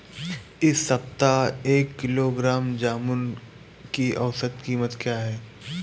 इस सप्ताह एक किलोग्राम जामुन की औसत कीमत क्या है?